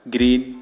Green